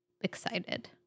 excited